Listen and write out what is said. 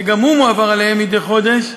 שגם הוא מועבר אליהם מדי חודש,